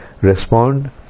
respond